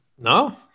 No